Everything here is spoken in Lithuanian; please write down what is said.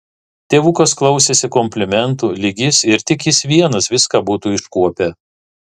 tėvukas klausėsi komplimentų lyg jis ir tik jis vienas viską būtų iškuopę